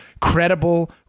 credible